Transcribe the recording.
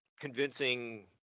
convincing